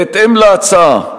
בהתאם להצעה,